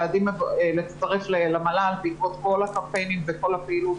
לצרף למל"ל בעקבות כל הקמפיינים וכל הפעילות,